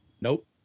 Nope